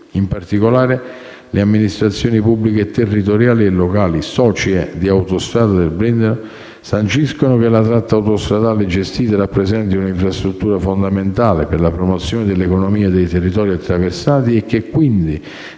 in particolare le amministrazioni pubbliche territoriali e locali socie di Autostrada del Brennero sanciscono che la tratta autostradale gestita rappresenti un'infrastruttura fondamentale per la promozione dell'economia dei territori attraversati, e che quindi